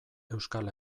euskal